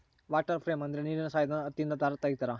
water frame ಅಂದ್ರೆ ನೀರಿನ ಸಹಾಯದಿಂದ ಹತ್ತಿಯಿಂದ ದಾರ ತಗಿತಾರ